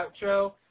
outro